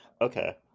okay